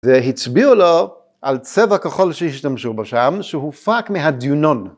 והצביעו לו על צבע כחול שהשתמשו בו שם, שהוא הופק מה'דיונון'.